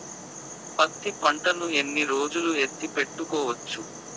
పత్తి పంటను ఎన్ని రోజులు ఎత్తి పెట్టుకోవచ్చు?